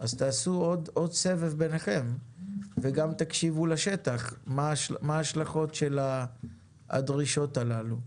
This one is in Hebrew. אז תעשו עוד סבב ביניכם וגם תקשיבו לשטח מה ההשלכות של הדרישות הללו.